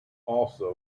also